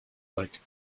like